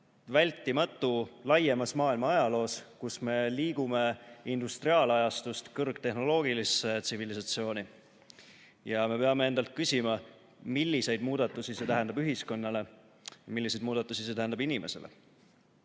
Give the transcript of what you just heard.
vältimatu laiemas maailma ajaloos, kus me liigume industriaalajastust kõrgtehnoloogilisse tsivilisatsiooni. Me peame endalt küsima, milliseid muudatusi see tähendab ühiskonnale, milliseid muudatusi see tähendab inimesele. Esimene